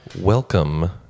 Welcome